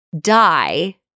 die